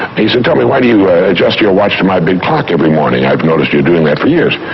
he said, tell me, why do you adjust your watch to my big clock every morning? i've noticed you doing that for years.